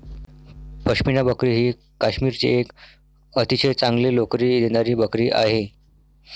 पश्मिना बकरी ही काश्मीरची एक अतिशय चांगली लोकरी देणारी बकरी आहे